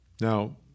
Now